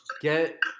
get